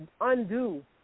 undo